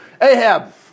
Ahab